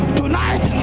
tonight